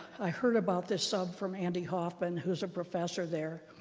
i heard about this some from andy hoffman, who's a professor there,